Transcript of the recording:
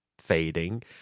fading